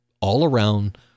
all-around